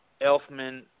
Elfman